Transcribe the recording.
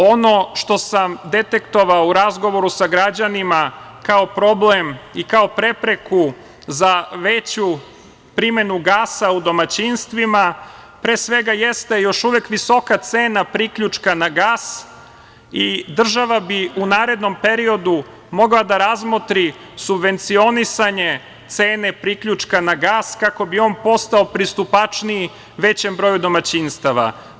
Ono što sam detektovao u razgovoru sa građanima, kao problem i kao prepreku za veću primenu gasa u domaćinstvima, pre svega jeste još uvek visoka cena priključka na gas i država bi u narednom periodu mogla da razmotri subvencionisanje cene priključka na gas, kako bi on postao pristupačniji većem broju domaćinstava.